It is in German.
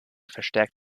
verstärkt